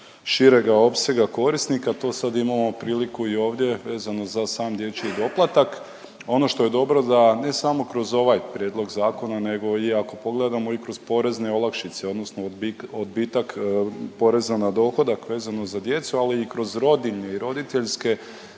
širega opsega korisnika to sad imamo priliku i ovdje vezano za sam dječji doplatak. Ono što je dobro da ne samo kroz ovaj prijedlog zakona nego ako pogledamo i kroz porezne olakšice odnosno odbitak poreza na dohodak vezano za djecu, ali i kroz rodiljne i roditeljske